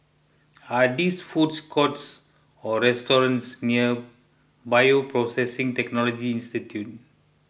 are this food courts or restaurants near Bioprocessing Technology Institute